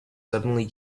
suddenly